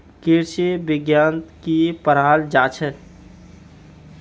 कृषि विज्ञानत की पढ़ाल जाछेक